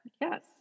yes